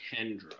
Kendra